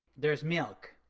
there's milk.